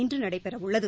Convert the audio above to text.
இன்று நடைபெறவுள்ளது